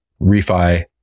refi